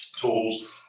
tools